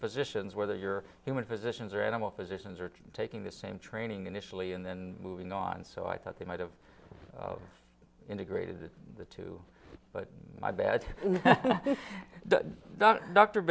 physicians whether you're human physicians or animal physicians are taking the same training initially and then moving on so i thought they might have integrated the two but my bad